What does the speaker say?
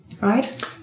Right